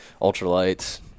ultralights